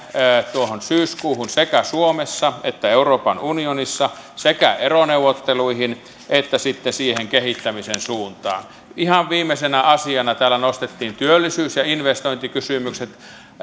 tuohon syyskuuhun sekä suomessa että euroopan unionissa sekä eroneuvotteluihin että sitten siihen kehittämisen suuntaan ihan viimeisenä asiana täällä nostettiin työllisyys ja investointikysymykset